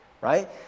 right